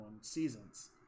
seasons